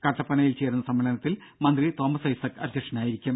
കട്ടപ്പനയിൽ ചേരുന്ന സമ്മേളനത്തിൽ മന്ത്രി തോമസ് ഐസക്ക് അധ്യക്ഷനായിരിക്കും